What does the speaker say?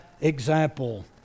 example